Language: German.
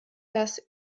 das